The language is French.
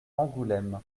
angoulême